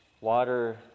water